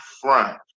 front